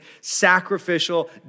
sacrificial